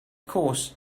course